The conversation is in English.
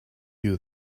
you